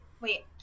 Wait